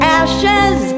ashes